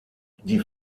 die